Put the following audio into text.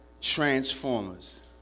Transformers